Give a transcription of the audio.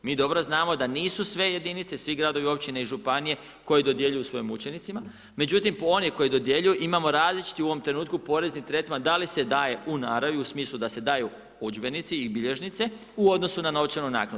Mi dobro znamo da nisu sve jedinice, svi gradovi, općine i županije koje dodjeljuju svojim učenicima, međutim one koje dodjeljuju, imamo različiti u ovom trenutku porezni tretman da li se daje u naravi, u smislu da se daju udžbenici i bilježnice u odnosu na novčanu naknadu.